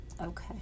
Okay